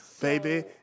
baby